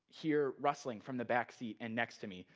hear rustling from the backseat and next to me,